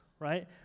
right